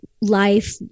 life